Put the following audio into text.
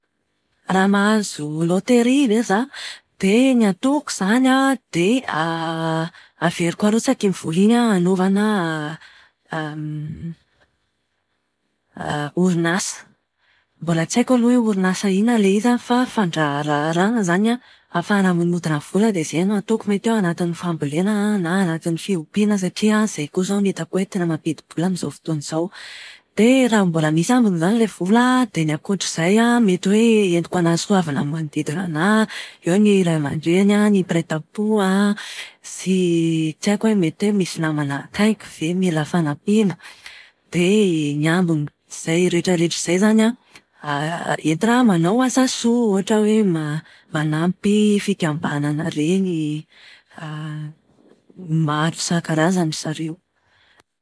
Raha mahazo loteria ve za? Dia ny ataoko izany an, dia averiko arotsaka iny vola iny an, hanaovana orinasa. Mbola tsy haiko aloha hoe orinasa inona ilay izy an, fa fandraharahana izany an, ahafahana manodina vola dia izay no ataoko. Mety hoe ao anatin'ny fambolena aho an, na anatin'ny fiompiana satria izay koa izao no hitako hoe mampidi-bola amin'izao fotoana izao. Dia raha mbola misy ambin yizany ilay vola dia ny ankoatr'izay an, mety hoe entiko hanasoavana ny manodidina anahy. Eo ny ray aman-dreny, ny mpiray tam-po an, sy tsy haiko hoe mety hoe misy namana akaiky ve mety mila fanampiana. Dia ny ambin'izay rehetra rehetra izay izany an, entina manao asa soa. Ohatra hoe manampy fikambanana ireny maro isankarazany ry zareo.